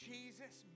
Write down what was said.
Jesus